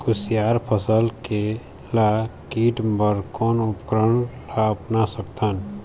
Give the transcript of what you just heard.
कुसियार के फसल ला काटे बर कोन उपकरण ला अपना सकथन?